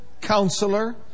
Counselor